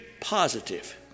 positive